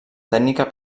tècnica